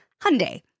Hyundai